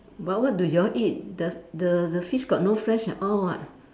but what do you all eat the the the fish got no flesh at all [what]